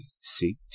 seek